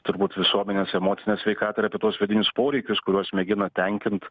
turbūt visuomenės emocinę sveikatą apie tuos vidinius poreikius kuriuos mėgina tenkint